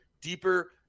deeper